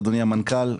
אדוני המנכ"ל.